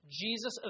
Jesus